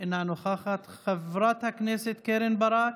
אינה נוכחת, חברת הכנסת קרן ברק,